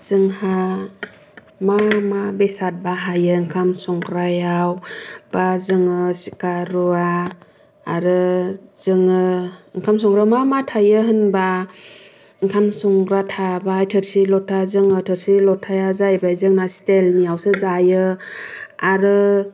जोंहा मा मा बेसाद बाहायो ओंखाम संग्रायाव बा जोङो सिखा रुवा आरो जोङो ओंखाम संग्रायाव मा मा थायो होन्बा ओंखाम संग्रायाव थाबाय थोर्सि लटा जोंना थोरसि लटाया जाहैबाय जोंना स्टिलनियावसो जायो आरो